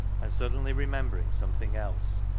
and suddenly remembering some thing else,